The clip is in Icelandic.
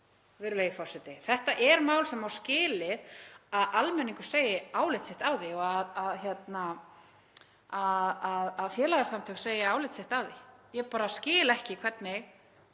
virðulegi forseti. Þetta er mál sem á skilið að almenningur segi álit sitt á því og að félagasamtök segi álit sitt á því. Ég bara skil ekki hvernig